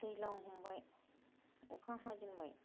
दैलां हमबाय अखा हाजेनबाय